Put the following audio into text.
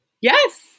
Yes